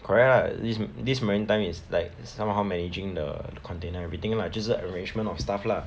correct lah this this maritime is like somehow managing the container everything lah 就是 arrangement of stuff lah